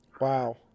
Wow